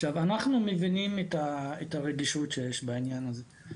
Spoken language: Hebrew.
עכשיו, אנחנו מבינים את הרגישות שיש בעניין הזה.